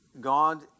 God